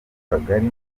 kagari